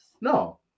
No